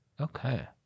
Okay